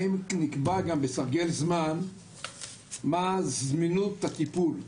האם נקבע גם בסרגל זמן מה זמינות הטיפול.